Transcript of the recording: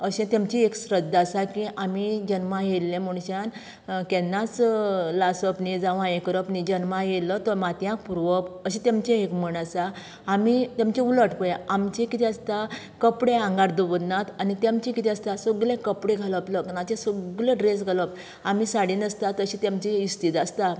अशें तेंमचें एक श्रद्धा आसा की आमी जल्मा येल्ले मनशान केन्नाच लासप न्ही जाव यें करप न्ही जल्माक येयलो तो मातयांत पुरोवप अशें तेंमचें एक म्हण आसा आमी तेंमचें उलट पळय आमचें कितें आसता कपडे आंगार दवरनात आनी तेंचें कितें आसता सगले कपडे घालप लग्नाचें सगलो ड्रेस घालप आमी साडी न्हेसतात तशी तेंमची इस्तीद आसता